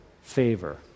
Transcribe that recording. favor